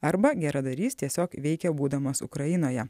arba geradarys tiesiog veikė būdamas ukrainoje